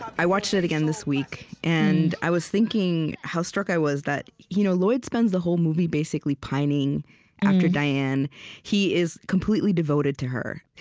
i watched it again this week, and i was thinking how struck i was that you know lloyd spends the whole movie basically pining after diane he is completely devoted to her.